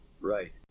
Right